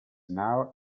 now